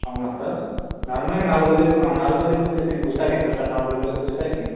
అవునా సార్ సార్మల్గా నాలుగదులు నాలుగదులకొచ్చేసరికి గుత్తాకేనా సార్ నాలుగుదిలకొచ్చేసరికి